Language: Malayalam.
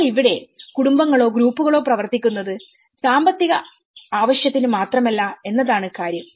എന്നാൽ ഇവിടെ കുടുംബങ്ങളോ ഗ്രൂപ്പുകളോ പ്രവർത്തിക്കുന്നത് സാമ്പത്തിക ആവശ്യത്തിന് മാത്രമല്ല എന്നതാണ് കാര്യം